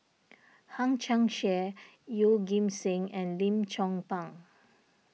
Hang Chang Chieh Yeoh Ghim Seng and Lim Chong Pang